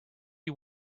you